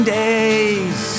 days